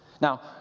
Now